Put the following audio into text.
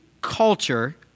culture